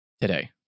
today